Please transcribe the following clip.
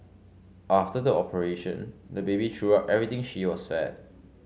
after the operation the baby threw up everything she was fed